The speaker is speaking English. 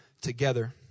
together